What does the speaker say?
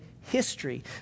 history